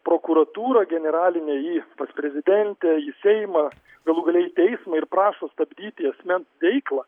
prokuratūra generalinė ji eis pas prezidentę į seimą galų gale į teismą ir prašo stabdyti asmens veiklą